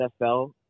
NFL